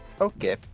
Okay